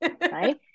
right